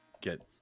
get